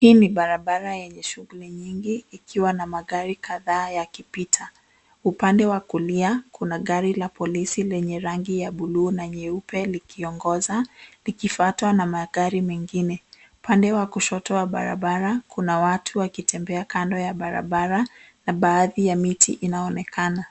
Hii ni barabara yenye shughuli nyingi ikiwa na magari kadhaa yakipita. Upande wa kulia kuna gari la polisi lenye rangi ya buluu na nyeupe likiongoza likifuatwa na magari mengine. Upande wa kushoto wa barabara kuna watu wakitembea kando ya barabara na baadhi ya miti inaonekana.